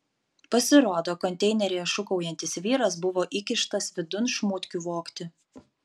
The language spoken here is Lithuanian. pasirodo konteineryje šūkaujantis vyras buvo įkištas vidun šmutkių vogti